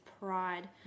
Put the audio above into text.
pride